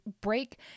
break